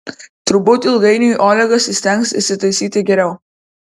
turbūt ilgainiui olegas įstengs įsitaisyti geriau